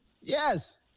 Yes